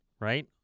right